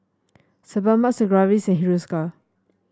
Sebamed Sigvaris Hiruscar